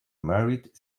merit